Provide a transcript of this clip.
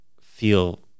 feel